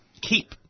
keep